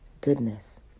goodness